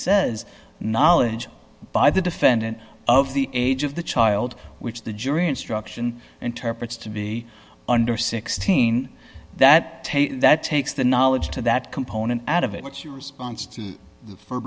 says knowledge by the defendant of the age of the child which the jury instruction interprets to be under sixteen that that takes the knowledge to that component out of it what's your respons